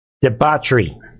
debauchery